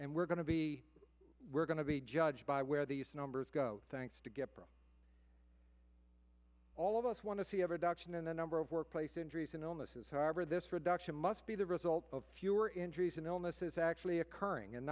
and we're going to be we're going to be judged by where these numbers go thanks to get all of us want to see ever duction in the number of workplace injuries and illnesses however this reduction must be the result of fewer injuries and illnesses actually occurring and